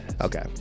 okay